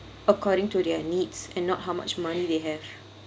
according to their needs and not how much money they have